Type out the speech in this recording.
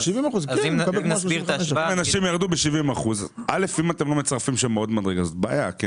אם אתם לא מצרפים שם עוד מדרגה זה בעיה כי